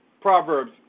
Proverbs